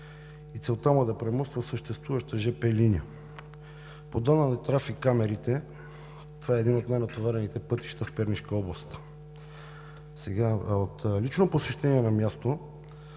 и целта му е да промоства съществуваща жп линия. По данни на трафик-камерите, това е един от най-натоварените пътища в Пернишка област. От лично посещение на място